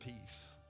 peace